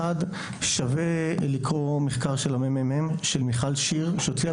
שווה לקרוא מחקר של הממ"מ של מיכל שיר שהוציאה